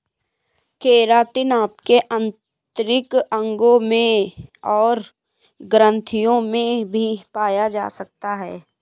keratin आपके आंतरिक अंगों और ग्रंथियों में भी पाया जा सकता है